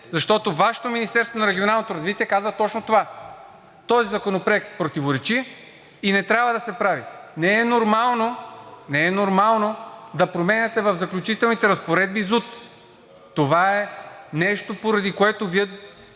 защото Вашето Министерство на регионалното развитие казва точно това: този законопроект противоречи и не трябва да се прави. Не е нормално да променяте в „Заключителните разпоредби“ ЗУТ. Това е нещо, поради което Вие